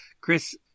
Chris